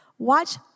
Watch